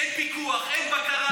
אין פיקוח, אין בקרה.